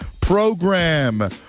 Program